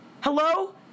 Hello